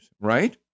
right